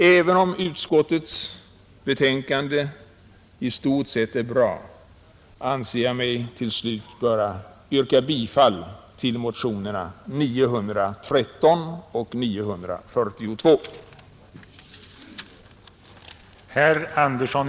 Även om utskottets betänkande i stort sett är bra anser jag mig till slut böra yrka bifall till motionen 913, som inkluderar önskemålen även i motionen 942.